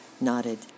nodded